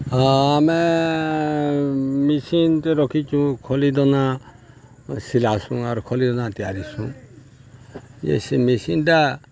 ହଁ ଆମେ ମେସିନ୍ଟେ ରଖିଚୁ ଖଲିଦନା ସିଲାସୁଁ ଆର୍ ଖଲିଦନା ତିଆରିସୁଁ ଯେ ସେ ମେସିନ୍ଟା